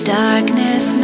darkness